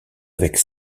avec